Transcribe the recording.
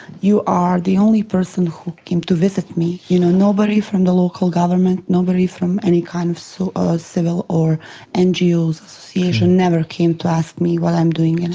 you are the only person who came to visit me you know nobody from the local government, nobody from any kind of so ah civil or and ngo association never came to ask me what i'm doing. and